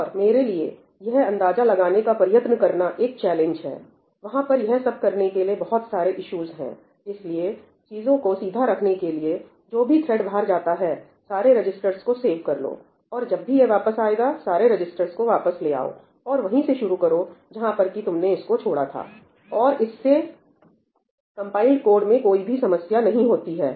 और मेरे लिए यह अंदाजा लगाने का प्रयत्न करना एक चैलेंज है वहां पर यह सब करने के लिए बहुत सारे इश्यूज हैं इसलिए चीजों को सीधा सादा रखने के लिए जो भी थ्रेड बाहर जाता है सारे रजिस्टर्स को सेव कर लो और जब भी यह वापस आएगा सारे रजिस्टर्स को वापस ले आओ और वहीं से शुरू करो जहां पर कि तुम ने इस को छोड़ा था और इससे कंपाइल्ड कोड में कोई भी समस्या नहीं होती है